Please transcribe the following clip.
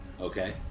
Okay